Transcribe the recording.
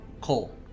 Cole